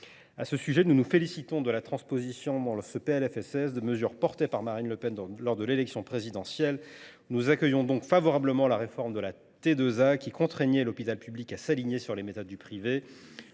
À ce sujet, nous nous félicitons de la transposition, dans ce PLFSS, de mesures portées par Marine Le Pen lors de l’élection présidentielle. Ainsi, nous accueillons favorablement la réforme de la T2A, un système qui contraint l’hôpital public à s’aligner sur les méthodes du privé.